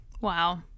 Wow